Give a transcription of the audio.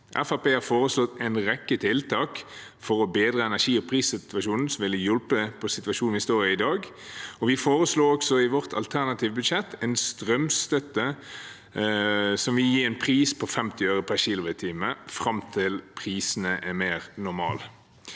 har foreslått en rekke tiltak for å bedre energi- og prissituasjonen som ville hjulpet på situasjonen vi står i dag, og vi foreslår også i vårt alternative budsjett en strømstøtte som vil gi en pris på 50 øre per kWh fram til prisene er mer normale.